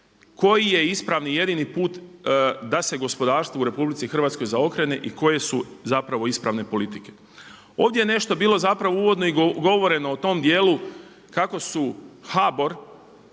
koji je ispravni i jedini put da se gospodarstvo u RH zaokrene i koje su zapravo ispravne politike. Ovdje je nešto bilo zapravo uvodno i govoreno u tom dijelu kako su HBOR